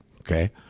okay